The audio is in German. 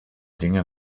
dinge